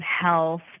health